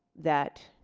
that